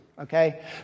Okay